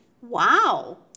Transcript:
Wow